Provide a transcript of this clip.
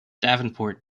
davenport